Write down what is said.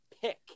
pick